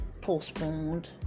postponed